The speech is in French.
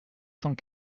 cent